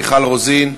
מיכל רוזין.